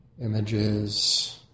images